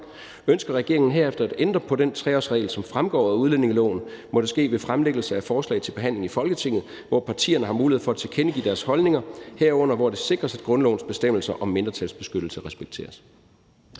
Ønsker regeringen at ændre på den 3-årsregel, som fremgår af udlændingeloven, må det ske ved fremlæggelse af forslag til behandling i Folketinget, hvor det tillige sikres, at grundlovens bestemmelser om mindretalsbeskyttelse respekteres.«